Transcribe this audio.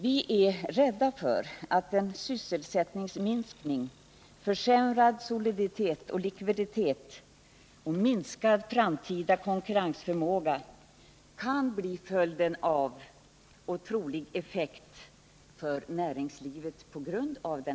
Vi är nu rädda för den sysselsättningsminskning, försämrade soliditet och likviditet samt minskade framtida konkurrensförmåga som blir troliga effekter på näringslivet efter katastrofen.